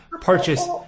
purchase